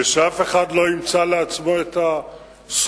ושאף אחד לא ימצא לעצמו את הזכות